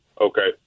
Okay